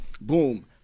boom